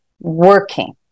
working